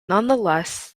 nonetheless